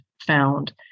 found